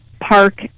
park